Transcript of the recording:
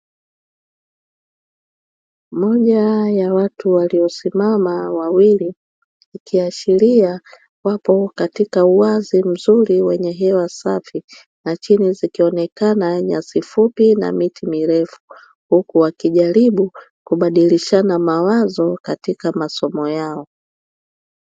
Moja ya watu waliosimama wawili, ikiashiria wapo katika uwazi mzuri wenye hewa safi na chini zikionekana nyasi fupi na miti mirefu, huku wakijaribu kubadilishana mawazo katika masomo yao.